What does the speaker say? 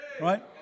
right